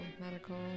medical